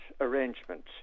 arrangement